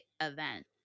event